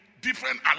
different